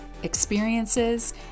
experiences